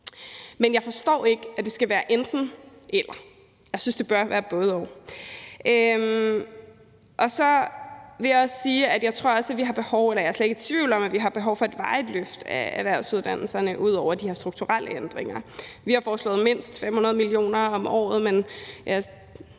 Men jeg forstår ikke, at det skal være enten-eller – jeg synes, det bør være både-og. Så vil jeg også sige, at jeg slet ikke er i tvivl om, at vi har behov for et varigt løft af erhvervsuddannelserne ud over de her strukturelle ændringer. Vi har foreslået mindst 500 mio. kr. om året, men